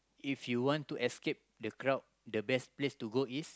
if you want to escape the crowd the best place to go is